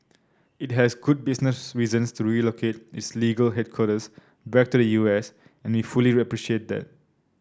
it has good business reasons to relocate its legal headquarters back to the U S and we fully appreciate that